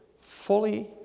fully